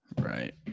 Right